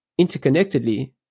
interconnectedly